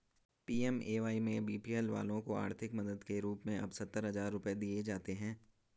PMAY में BPL वालों को आर्थिक मदद के रूप में अब सत्तर हजार रुपये दिए जाते हैं